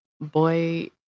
boy